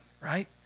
right